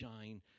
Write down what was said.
shine